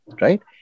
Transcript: right